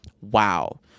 Wow